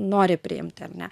nori priimti ar ne